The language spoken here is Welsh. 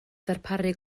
ddarparu